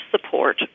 support